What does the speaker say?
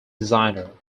designer